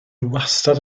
wastad